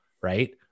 Right